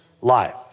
life